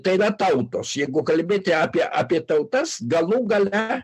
tai yra tautos jeigu kalbėti apie apie tautas galų gale